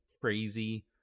crazy